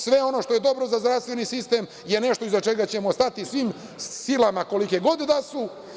Sve ono što je dobro za zdravstveni sistem je nešto iza čega ćemo stati svim silama, koliko god da su.